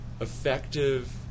effective